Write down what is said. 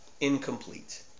incomplete